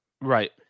Right